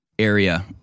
area